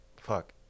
fuck